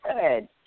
Good